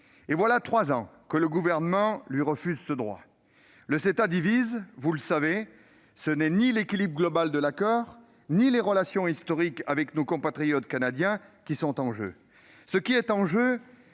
et voilà trois ans que le Gouvernement lui refuse ce droit ... Le CETA divise, vous le savez. Ce ne sont ni l'équilibre global de l'accord ni les relations historiques avec nos compatriotes canadiens qui sont en jeu. Ce qui est en jeu,